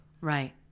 Right